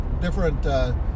different